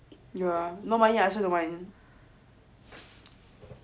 no money I honestly don't mind